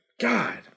God